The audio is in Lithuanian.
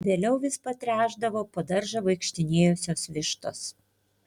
vėliau vis patręšdavo po daržą vaikštinėjusios vištos